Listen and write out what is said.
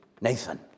Nathan